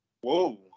Whoa